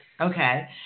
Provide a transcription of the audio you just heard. Okay